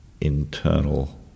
internal